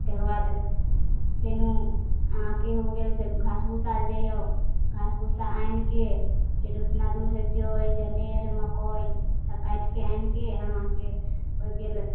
ताहिके बाद फेर अहाँके हो गेल से घास भुस्सालए जइऔ घास भुस्सा आनिके फेर ओतना दूर जइ जनेर मकइसब काटिके आनिके अहाँके होइ गेल